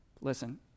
listen